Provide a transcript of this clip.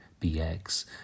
BX